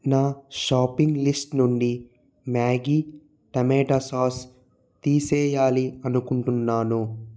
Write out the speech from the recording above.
నా shopping list నుండి Maggi tomato sauce తీసేయాలి అనుకుంటున్నాను